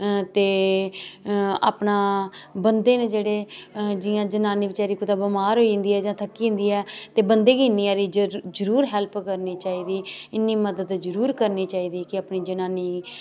ते अपना बंदे न जेह्ड़े जि'यां जनानी बैचारी कुतै बमार होई जंदी ऐ जां थकी जंदी ऐ ते बंदे गी इन्नी हारी इज्जत जरूर हैल्प करनी चाहिदी ऐ इन्नी मदद जरूर करनी चाहिदी ऐ के अपनी जनानी दी